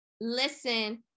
listen